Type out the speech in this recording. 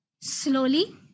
Slowly